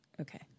okay